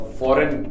foreign